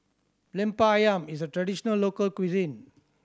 Lemper Ayam is a traditional local cuisine